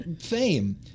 fame